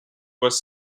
was